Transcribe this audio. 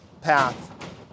path